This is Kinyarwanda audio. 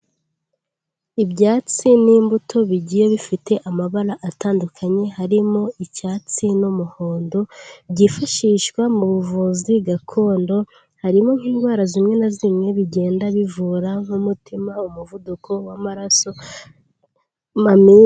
Ibyatsi n'imbuto bigiye bifite amabara atandukanye harimo icyatsi n'umuhondo, byifashishwa mu buvuzi gakondo, harimo nk'indwara zimwe na zimwe bigenda bivura nk'umutima, umuvuduko w'amaraso.